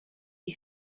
ich